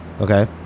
okay